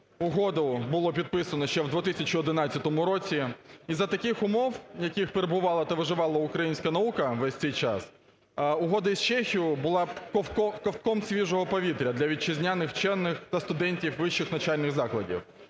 угоду було підписано ще в 2011 році. І за таких умов, в яких перебувала та виживала українська наука весь цей час, угода із Чехією була ковтком свіжого повітря для вітчизняних вчених та студентів вищих навчальних закладів.